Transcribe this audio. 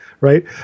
right